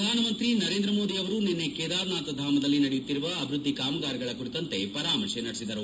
ಪ್ರಧಾನಮಂತ್ರಿ ನರೇಂದ್ರ ಮೋದಿ ಅವರು ನಿನ್ನೆ ಕೇದಾರನಾಥ ಧಾಮದಲ್ಲಿ ನಡೆಯುತ್ತಿರುವ ಅಭಿವ್ವದ್ದಿ ಕಾಮಗಾರಿಗಳ ಕುರಿತಂತೆ ಪರಾಮರ್ಶೆ ನಡೆಸಿದರು